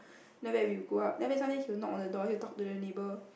that we will go up then after that sometimes he'll knock on the door he'll talk to the neighbour